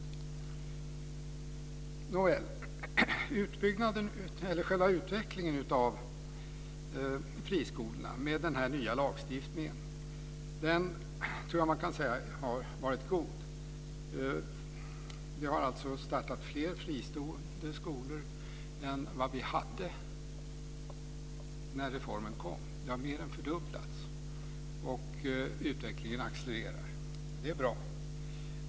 Jag tror att man kan säga att själva utvecklingen av friskolorna med den här nya lagstiftningen har varit god. Det har alltså startat fler fristående skolor än vad vi hade när reformen kom. Det har mer än fördubblats, och utvecklingen accelererar. Det är bra.